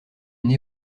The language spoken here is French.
une